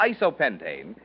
isopentane